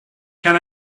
can